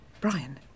Brian